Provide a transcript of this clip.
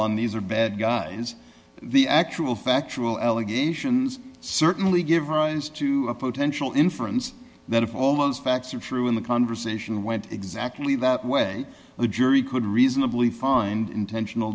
on these are bad guys the actual factual allegations certainly give rise to a potential inference that if all those facts are true in the conversation went exactly that way the jury could reasonably find intentional